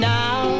now